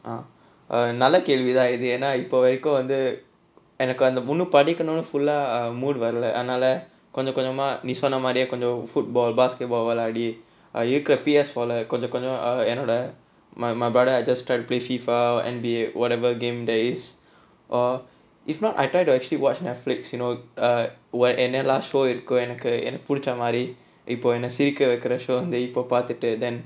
நல்லா கேள்வி தான் இது ஏனா இப்ப வரைக்கும் வந்து எனக்கு வந்து ஒன்னும் படிக்கனுனு:nallaa kelvi thaan ithu yaenaa ippa varaikkum vanthu enakku vanthu onnum padikkanunu full ah mood வரல அதுனால கொஞ்ச கொஞ்சமா நீ சொன்னமாரியே கொஞ்சம்:varala athunaala konja konjamaa nee sonnaaariyae konjam football basketball விளையாடி இருக்குற:vilaiyaadi irukkura P_S கொஞ்ச கொஞ்சம் என்னோட:konja konjam ennoda my brother I just try to play FIFA and be whatever game days or if not I try to actually watch Netflix you know [what] என்னெல்லா:ennellaa show இருக்கோ எனக்கு எனக்கு புடுச்சமாரி இப்ப என்ன சிரிக்க வைக்குற:irukko enakku enakku pudichamaari ippa enna sirikka vaikkura show வந்து இப்ப பாத்துட்டு:vanthu ippa paathuttu then